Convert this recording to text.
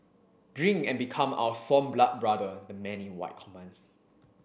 drink and become our sworn blood brother the man in white commands